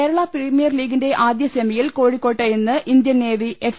Kerala premier ലീഗിന്റെ ആദ്യ സെമിയിൽ കോഴിക്കോട്ട് ഇന്ന് ഇന്ത്യൻ നേവി എഫ്